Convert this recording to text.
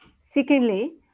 secondly